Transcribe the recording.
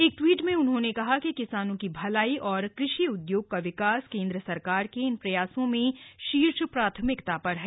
एक ट्वीट में उन्होंने कहा कि किसानों की भलाई और कृषि उद्योग का विकास केन्द्र सरकार के इन प्रयासों में शीर्ष प्राथमिकता पर हैं